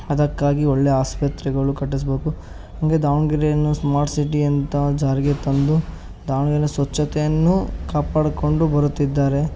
ಅದಕ್ಕಾಗಿ ಒಳ್ಳೆಯ ಆಸ್ಪತ್ರೆಗಳು ಕಟ್ಟಿಸಬೇಕು ಹೀಗೆ ದಾವಣಗೆರೆಯನ್ನು ಸ್ಮಾರ್ಟ್ ಸಿಟಿ ಅಂತ ಜಾರಿಗೆ ತಂದು ದಾವಣಗೆರೆ ಸ್ವಚ್ಛತೆಯನ್ನು ಕಾಪಾಡಿಕೊಂಡು ಬರುತ್ತಿದ್ದಾರೆ